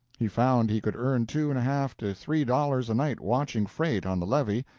he found he could earn two and a half to three dollars a night watching freight on the levee,